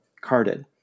carded